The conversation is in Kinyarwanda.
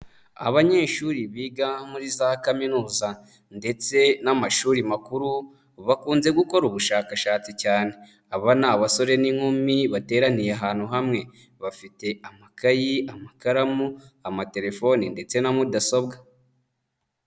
Abanyeshuri biga muri za kaminuza ndetse n'amashuri makuru bakunze gukora ubushakashatsi cyane, aba ni abasore n'inkumi bateraniye ahantu hamwe bafite amakayi, amakaramu, amatelefone ndetse na mudasobwa.